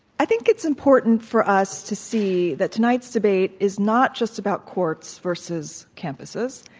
i think it's important for us to see that tonight's debate is not just about courts versus campuses.